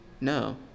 No